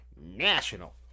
National